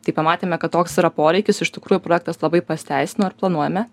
tai pamatėme kad toks yra poreikis iš tikrųjų projektas labai pasiteisino ir planuojame